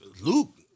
Luke